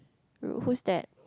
wh~ who's that